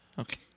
Okay